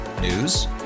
News